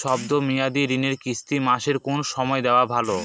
শব্দ মেয়াদি ঋণের কিস্তি মাসের কোন সময় দেওয়া ভালো?